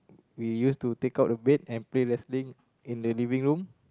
we used to take out the bed and play wrestling in the living room